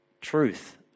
truth